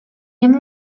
him